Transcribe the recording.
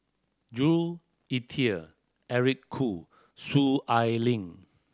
Jules Itier Eric Khoo Soon Ai Ling